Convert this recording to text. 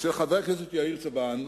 של חבר הכנסת יאיר צבן,